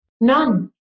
None